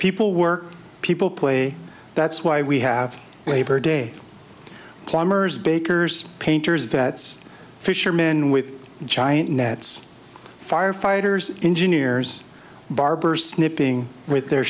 people work people play that's why we have labor day plumbers bakers painters vets fishermen with giant nets firefighters engineers barbers snipping with their